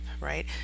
right